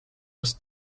muss